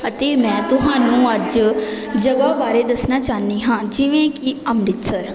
ਅਤੇ ਮੈਂ ਤੁਹਾਨੂੰ ਅੱਜ ਜਗ੍ਹਾ ਬਾਰੇ ਦੱਸਣਾ ਚਾਹੁੰਦੀ ਹਾਂ ਜਿਵੇਂ ਕਿ ਅੰਮ੍ਰਿਤਸਰ